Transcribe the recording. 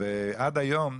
ועד היום,